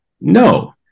No